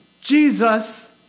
Jesus